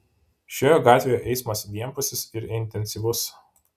šioje gatvėje eismas vienpusis ir intensyvus